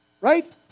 Right